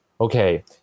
okay